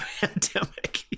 pandemic